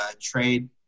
trade